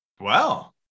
Wow